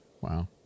wow